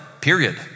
Period